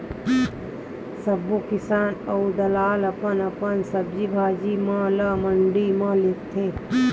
सब किसान अऊ दलाल अपन अपन सब्जी भाजी म ल मंडी म लेगथे